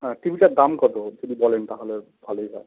হ্যাঁ টি ভিটার দাম কত যদি বলেন তাহলে ভালোই হয়